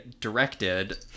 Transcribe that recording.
directed